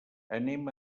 anem